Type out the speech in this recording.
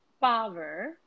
power